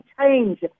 change